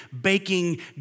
baking